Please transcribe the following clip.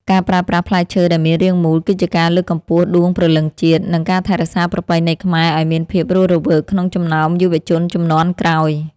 ការប្រើប្រាស់ផ្លែឈើដែលមានរាងមូលគឺជាការលើកកម្ពស់ដួងព្រលឹងជាតិ និង ការថែរក្សាប្រពៃណីខ្មែរឱ្យមានភាពរស់រវើកក្នុងចំណោមយុវជនជំនាន់ក្រោយ។